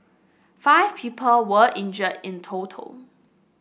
five people were injured in total